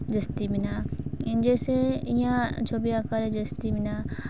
ᱡᱟᱹᱥᱛᱤ ᱢᱮᱱᱟᱜᱼᱟ ᱤᱧ ᱡᱮᱭᱥᱮ ᱤᱧᱟᱹᱜ ᱪᱷᱚᱵᱤ ᱟᱸᱠᱟᱣᱨᱮ ᱡᱟᱹᱥᱛᱤ ᱢᱮᱱᱟᱜᱼᱟ